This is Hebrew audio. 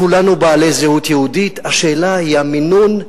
כולנו בעלי זהות יהודית, השאלה היא המינון.